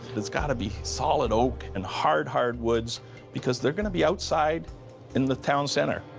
it's gotta be solid oak and hard hardwoods because they're going to be outside in the town center.